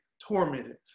tormented